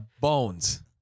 bones